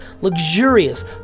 luxurious